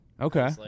Okay